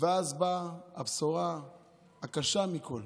ואז באה הבשורה הקשה מכול